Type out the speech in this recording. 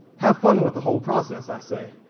have fun with the whole process i say.